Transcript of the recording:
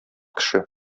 кеше